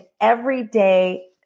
everyday